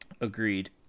agreed